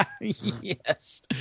yes